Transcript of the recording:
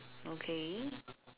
okay